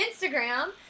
Instagram